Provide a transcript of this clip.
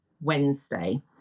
Wednesday